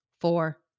four